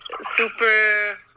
super